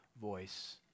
voice